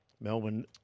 Melbourne